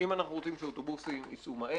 אם אנחנו רוצים שאוטובוסים ייצאו מהר,